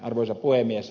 arvoisa puhemies